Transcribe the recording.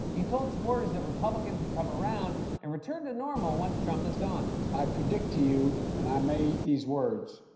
he told supporters that republicans would come around and return to normal once trump is gone. i predict to you, and i may eat these words,